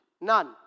None